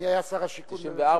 מי היה שר השיכון בממשלת רבין?